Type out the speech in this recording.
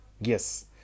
yes